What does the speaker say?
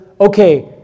okay